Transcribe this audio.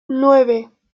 nueve